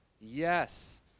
Yes